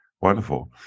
Wonderful